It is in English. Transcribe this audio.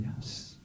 Yes